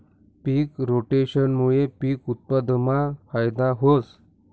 पिक रोटेशनमूये पिक उत्पादनमा फायदा व्हस